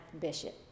bishop